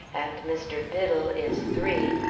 and mr. biddle is three,